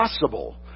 possible